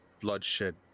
bloodshed